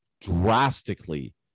drastically